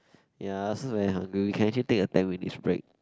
ya I also very hungry we can actually take our time when it's break